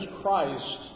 Christ